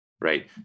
right